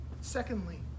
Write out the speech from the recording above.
Secondly